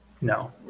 No